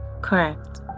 Correct